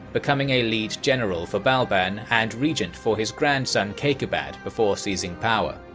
becoming a lead general for balban and regent for his grandson kayqubad before seizing power.